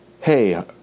Hey